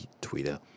Twitter